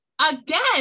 again